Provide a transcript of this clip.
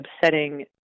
upsetting